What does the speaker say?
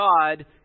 God